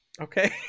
Okay